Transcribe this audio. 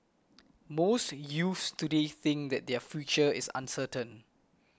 most youths today think that their future is uncertain